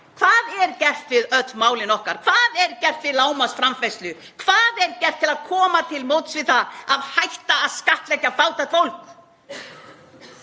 Hvað er gert við öll málin okkar? Hvað er gert við lágmarksframfærslu? Hvað er gert til að koma til móts við það að hætta að skattleggja fátækt fólk?